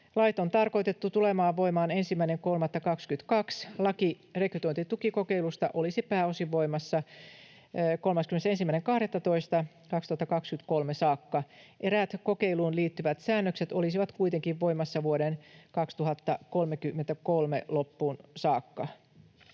Lait on tarkoitettu tulemaan voimaan 1.3.2022. Laki rekrytointitukikokeilusta olisi pääosin voimassa 31.12.2023 saakka. Eräät kokeiluun liittyvät säännökset olisivat kuitenkin voimassa vuoden 2033 loppuun saakka.